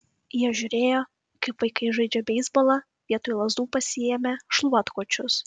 jie žiūrėjo kaip vaikai žaidžia beisbolą vietoj lazdų pasiėmę šluotkočius